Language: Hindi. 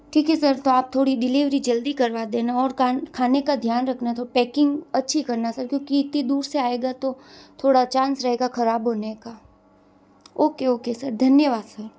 ठीक है सर तो आप थोड़ी डिलीवरी जल्दी करवा देना और कान खाने का ध्यान रखना तो पैकिंग अच्छी करना था क्योंकि इतनी दूर से आएगा तो थोड़ा चांस रहेगा ख़राब होने का ओके ओके सर धन्यवाद सर